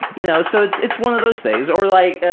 you know, so it's it's one of those things. or like,